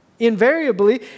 invariably